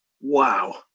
wow